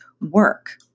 work